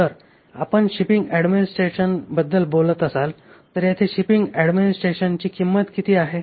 तर जर आपण शिपिंग ऍडमिनिस्ट्रेशनबद्दल बोलत असाल तर येथे शिपिंग ऍडमिनिस्ट्रेशनची किंमत किती आहे